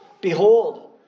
Behold